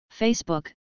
Facebook